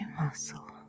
muscle